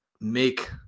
make